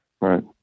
Right